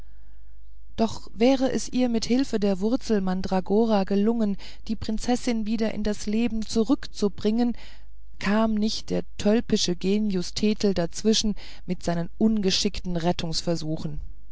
doch wär es ihr mit hilfe der wurzel mandragora gelungen die prinzessin wieder in das leben zurückzubringen kam nicht der tölpische genius thetel dazwischen mit seinen ungeschickten rettungsversuchen